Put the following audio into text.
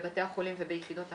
בבתי החולים וביחידות המשרד.